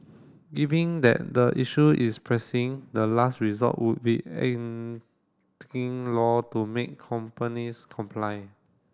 giving that the issue is pressing the last resort would be law to make companies comply